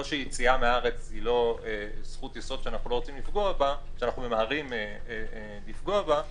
לא שיציאה מהארץ היא לא זכות יסוד שאנחנו ממהרים לפגוע בה,